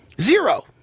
Zero